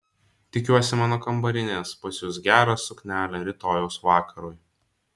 tikiuosi mano kambarinės pasiūs gerą suknelę rytojaus vakarui